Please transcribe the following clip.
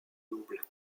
double